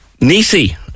Nisi